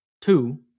Two